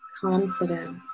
confident